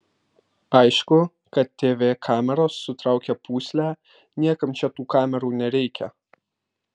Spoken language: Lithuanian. aišku kad tv kameros sutraukia pūslę niekam čia tų kamerų nereikia